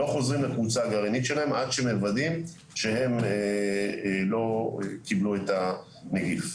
לא חוזרים לקבוצה הגרעינית שלהם עד שמוודאים שהם לא קיבלו את הנגיף.